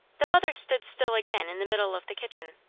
the mother stood still again in the middle of the kitchen.